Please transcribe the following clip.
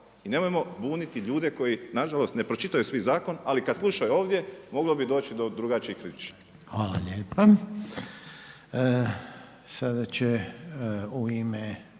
I nemojmo buniti ljude koji nažalost ne pročitaju svi zakon ali kad slušaju ovdje moglo bi doći do drugačije priče. **Reiner,